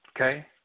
Okay